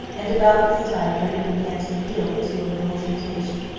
and about this time brenda began to yield to a little temptation.